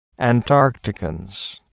Antarcticans